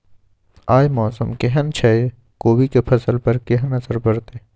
आय मौसम केहन छै कोबी के फसल पर केहन असर परतै?